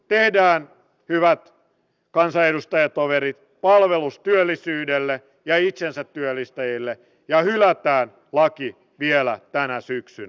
tehdään hyvät kansanedustajatoverit palvelus työllisyydelle ja itsensä työllistäjille ja hylätään laki vielä tänä syksynä